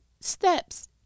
steps